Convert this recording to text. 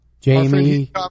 Jamie